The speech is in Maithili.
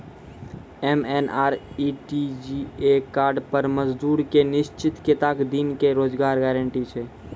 एम.एन.आर.ई.जी.ए कार्ड पर मजदुर के निश्चित कत्तेक दिन के रोजगार गारंटी छै?